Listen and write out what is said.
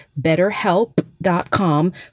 betterhelp.com